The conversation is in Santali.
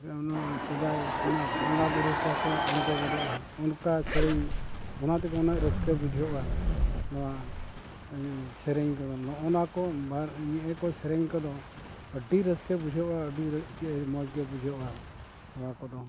ᱥᱮᱫᱟᱭ ᱚᱱᱟ ᱵᱚᱸᱜᱟ ᱵᱩᱨᱩ ᱠᱚᱦᱚᱸ ᱠᱚ ᱟᱬᱜᱳ ᱜᱚᱫᱚᱜᱼᱟ ᱚᱱᱠᱟ ᱥᱮᱨᱮᱧ ᱚᱱᱟ ᱛᱮᱜᱮ ᱩᱱᱟᱹᱜ ᱨᱟᱹᱥᱠᱟᱹ ᱵᱩᱡᱷᱟᱹᱜᱼᱟ ᱱᱚᱣᱟ ᱥᱮᱨᱮᱧ ᱠᱚᱫᱚ ᱱᱚᱜᱼᱚᱱᱟ ᱠᱚ ᱱᱤᱭᱟᱹ ᱠᱚ ᱥᱮᱨᱮᱧ ᱠᱚᱫᱚ ᱟᱹᱰᱤ ᱨᱟᱹᱥᱠᱟᱹ ᱵᱩᱡᱷᱟᱹᱜᱼᱟ ᱟᱹᱰᱤ ᱢᱚᱡᱽᱜᱮ ᱵᱩᱡᱷᱟᱹᱜᱼᱟ ᱱᱚᱣᱟ ᱠᱚᱫᱚ